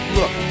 look